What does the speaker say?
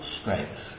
strength